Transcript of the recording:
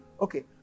Okay